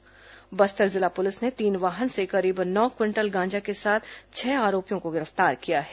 बस्तर जिला पुलिस ने तीन वाहन से करीब नौ क्विंटल गांजा के साथ छह आरोपियों को गिरफ्तार किया है